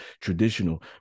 traditional